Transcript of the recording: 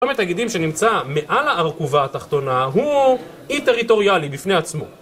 צומת הגידים שנמצא מעל הארכובה התחתונה הוא אי-טריטוריאלי בפני עצמו.